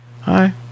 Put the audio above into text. Hi